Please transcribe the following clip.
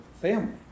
family